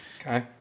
Okay